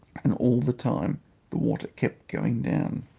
and all the time the water kept going down.